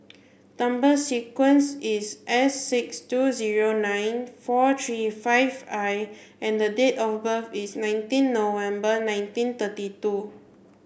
number sequence is S six two zero nine four three five I and the date of birth is nineteen November nineteen thirty two